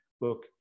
look